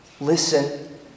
listen